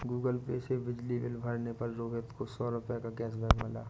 Google Pay से बिजली bill भरने पर रोहित को सौ रूपए का कैशबैक मिला